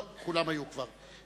לא, כולם כבר היו.